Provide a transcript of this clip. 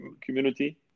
community